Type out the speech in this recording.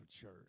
church